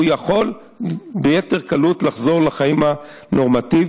והוא יכול ביתר קלות לחזור לחיים הנורמטיביים.